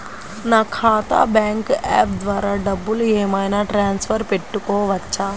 నా ఖాతా bank app ద్వారా డబ్బులు ఏమైనా ట్రాన్స్ఫర్ పెట్టుకోవచ్చా?